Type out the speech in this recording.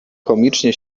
komicznie